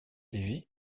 levy